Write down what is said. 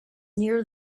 near